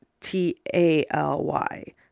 T-A-L-Y